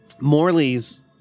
Morley's